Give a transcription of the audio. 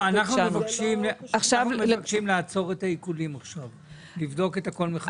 אנחנו מבקשים לעצור את העיקולים עכשיו ולבדוק את הכול מחדש.